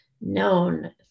known